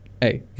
Hey